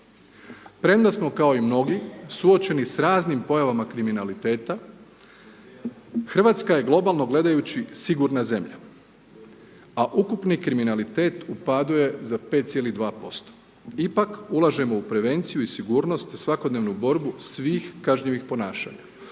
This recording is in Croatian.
Premda smo, kao i mnogi, suočeni s raznim pojavama kriminaliteta Hrvatska je globalno gledajući sigurna zemlja, a ukupni kriminalitet u padu je za 5,2%, ipak ulažemo u prevenciju i sigurnosti za svakodnevnu borbu svih kažnjivih ponašanja,